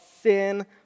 sin